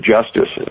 Justice